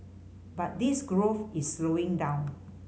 but this growth is slowing down